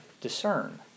discern